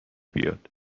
بیاد